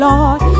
Lord